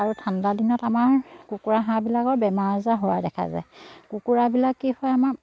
আৰু ঠাণ্ডা দিনত আমাৰ কুকুৰা হাঁহবিলাকৰ বেমাৰ আজাৰ হোৱা দেখা যায় কুকুৰাবিলাক কি হয় আমাৰ